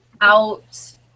out